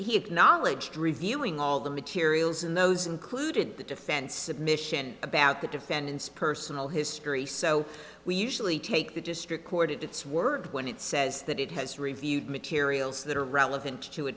acknowledged reviewing all the materials in those included the defense mission about the defendants personal history so we usually take the district court at its word when it says that it has reviewed materials that are relevant to a